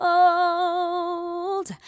old